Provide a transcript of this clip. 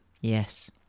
yes